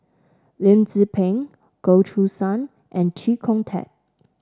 Lim Tze Peng Goh Choo San and Chee Kong Tet